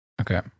Okay